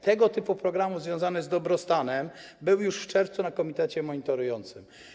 Tego typu program związany z dobrostanem był już w czerwcu w komitecie monitorującym.